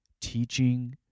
teaching